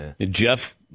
Jeff